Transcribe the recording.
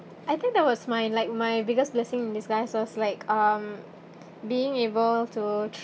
I think that was my like my biggest blessing in disguise it was like um being able to